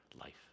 life